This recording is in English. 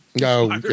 No